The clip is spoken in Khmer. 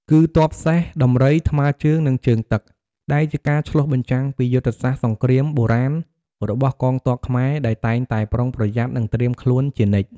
គឺទ័ពសេះ ដំរី ថ្មើរជើង និងជើងទឹក ដែលជាការឆ្លុះបញ្ចាំងពីយុទ្ធសាស្ត្រសង្គ្រាមបុរាណរបស់កងទ័ពខ្មែរដែលតែងតែប្រុងប្រយ័ត្ន និងត្រៀមខ្លួនជានិច្ច។